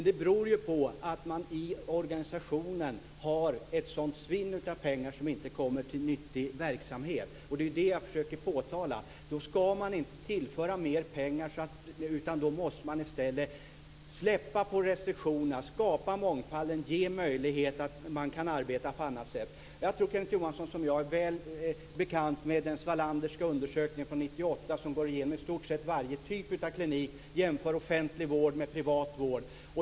Det beror på att man i organisationen har ett sådant svinn av pengar som inte kommer till nyttig verksamhet. Det är det jag försöker påtala. Man ska inte tillföra mer pengar, utan man måste i stället släppa på restriktionerna, skapa mångfalden, ge möjlighet att arbeta på annat sätt. Jag tror att Kenneth Johansson är väl bekant med den Svalanderska undersökningen från 1998 som går igenom i stort sett varje typ av klinik och jämför offentlig vård med privat vård.